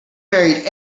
married